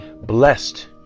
blessed